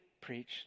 preach